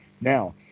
Now